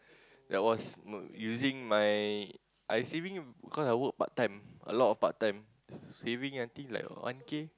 that was using my I saving cause I work part time a lot of part time saving til like one K